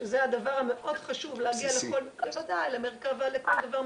שזה דבר מאוד חשוב, להגיע למרכב"ה, לכל דבר.